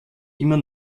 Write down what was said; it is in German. immer